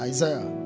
Isaiah